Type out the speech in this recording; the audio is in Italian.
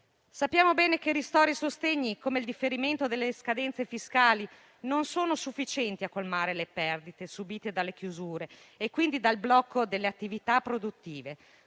Sappiamo bene che ristori e sostegni, come il differimento delle scadenze fiscali, non sono sufficienti a colmare le perdite subite dalle chiusure e quindi dal blocco delle attività produttive;